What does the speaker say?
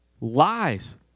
Lies